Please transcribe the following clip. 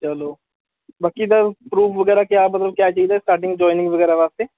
ਚਲੋ ਬਾਕੀ ਦਾ ਪਰੂਫ ਵਗੈਰਾ ਕਿਆ ਮਤਲਬ ਕਿਆ ਚਾਹੀਦਾ ਸਟਾਰਟਿੰਗ ਜੁਆਇਨਿੰਗ ਵਗੈਰਾ ਵਾਸਤੇ